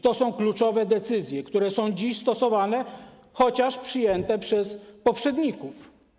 To są kluczowe decyzje, które są dziś stosowane, chociaż są podjęte przez poprzedników.